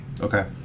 Okay